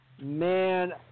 Man